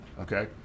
Okay